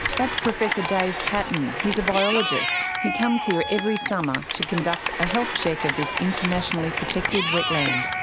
that's professor dave paton, he's a biologist. he comes here every summer to conduct a health check of this internationally protected wetland.